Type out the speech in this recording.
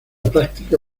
práctica